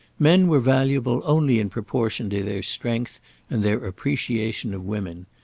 men were valuable only in proportion to their strength and their appreciation of women.